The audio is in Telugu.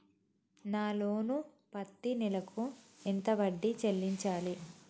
నా లోను పత్తి నెల కు ఎంత వడ్డీ చెల్లించాలి?